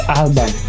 album